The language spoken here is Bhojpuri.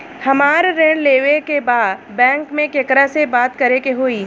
हमरा ऋण लेवे के बा बैंक में केकरा से बात करे के होई?